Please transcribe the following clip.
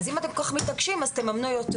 אז אם אתם כל כך מתעקשים, אז תממנו יותר.